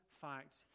facts